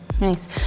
Nice